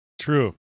true